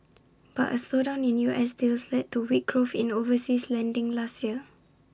but A slowdown in U S deals led to weak growth in overseas lending last year